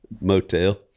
motel